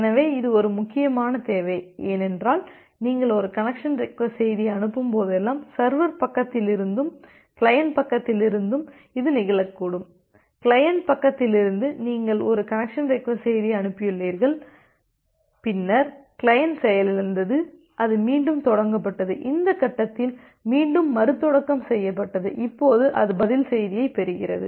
எனவே இது ஒரு முக்கியமான தேவை ஏனென்றால் நீங்கள் ஒரு கனெக்சன் ரெக்வஸ்ட் செய்தியை அனுப்பும் போதெல்லாம் சர்வர் பக்கத்திலிருந்தும் கிளையன்ட் பக்கத்திலிருந்தும் இது நிகழக்கூடும் கிளையன்ட் பக்கத்திலிருந்து நீங்கள் ஒரு கனெக்சன் ரெக்வஸ்ட் செய்தியை அனுப்பியுள்ளீர்கள் பின்னர் கிளையன்ட் செயலிழந்தது அது மீண்டும் தொடங்கப்பட்டது இந்த கட்டத்தில் மீண்டும் மறுதொடக்கம் செய்யப்பட்டது இப்போது அது பதில் செய்தியைப் பெறுகிறது